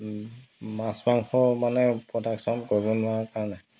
মাছ মাংস মানে প্ৰডাকশ্যন কৰিব নোৱাৰা কাৰণে